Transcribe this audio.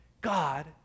God